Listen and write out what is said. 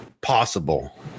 possible